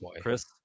Chris